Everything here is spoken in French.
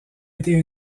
été